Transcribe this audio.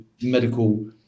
medical